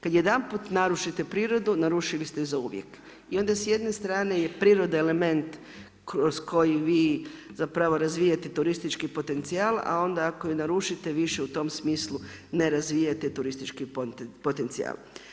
Kad jedanput narušite prirodu narušili ste je zauvijek i onda s jedne strane priroda je element kroz koji vi zapravo razvijate turistički potencijal, a onda ako ju narušite više u tom smislu ne razvijate turistički potencijal.